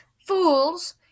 Fools